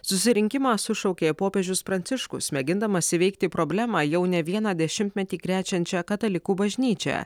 susirinkimą sušaukė popiežius pranciškus mėgindamas įveikti problemą jau ne vieną dešimtmetį krečiančią katalikų bažnyčią